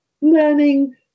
learning